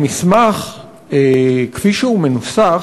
המסמך כפי שהוא מנוסח,